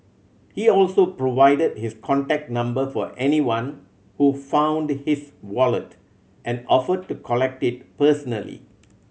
he also provided his contact number for anyone who found his wallet and offered to collect it personally